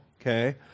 okay